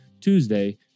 Tuesday